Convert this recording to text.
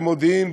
למודיעין,